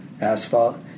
asphalt